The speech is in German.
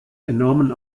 enormen